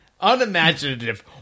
unimaginative